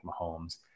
Mahomes